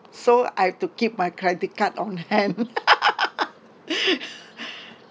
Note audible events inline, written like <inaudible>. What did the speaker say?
so I've to keep my credit card on hand <laughs>